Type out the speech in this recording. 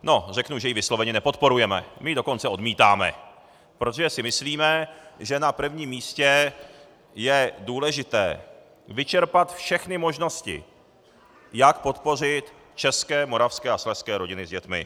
No, řeknu, že ji vysloveně nepodporujeme, my ji dokonce odmítáme, protože si myslíme, že na prvním místě je důležité vyčerpat všechny možnosti, jak podpořit české, moravské a slezské rodiny s dětmi.